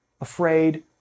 afraid